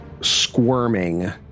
squirming